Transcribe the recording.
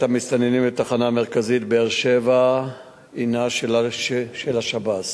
המסתננים לתחנה המרכזית באר-שבע הינה של השב"ס.